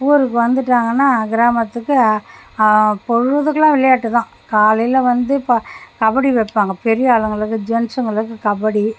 ஊருக்கு வந்துட்டாங்கன்னா கிராமத்துக்கு பொழுதுக்கெலாம் விளையாட்டு தான் காலையில் வந்து இப்போ கபடி வைப்பாங்க பெரியாளுங்களுக்கு ஜென்ட்ஸுங்களுக்கு கபடி